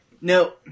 No